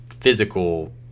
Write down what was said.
physical